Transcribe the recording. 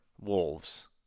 wolves